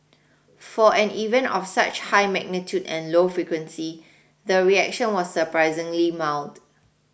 for an event of such high magnitude and low frequency the reaction was surprisingly mild